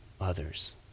others